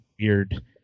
weird